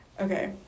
Okay